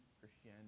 Christianity